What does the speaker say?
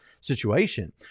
situation